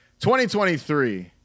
2023